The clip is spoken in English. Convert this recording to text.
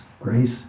grace